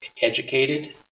educated